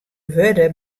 wurde